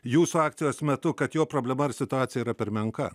jūsų akcijos metu kad jo problema ar situacija yra per menka